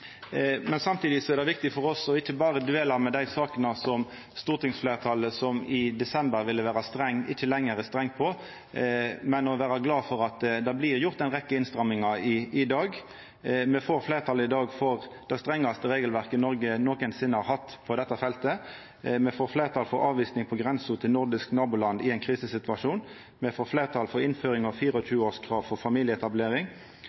men som dei ikkje lenger er strenge på, men vera glade for at det blir gjort ei rekkje innstrammingar i dag. Me får i dag fleirtal for det strengaste regelverket Noreg nokosinne har hatt på dette feltet. Me får fleirtal for avvising på grensa til nordiske naboland i ein krisesituasjon. Me får fleirtal for innføring av 24-årskrav for familieetablering. Me får fleirtal for krav om sjølvforsørging for å få permanent opphaldsløyve, fleirtal for identitetsavklaring ved auka bruk av biometri, fleirtal for redusert klagefrist ved openbert grunnlause asylsøkjarar og